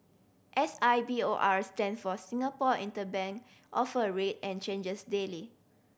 S I B O R stands for Singapore Interbank Offer Rate and changes daily